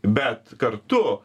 bet kartu